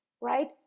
right